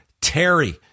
Terry